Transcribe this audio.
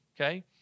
Okay